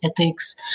ethics